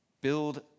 build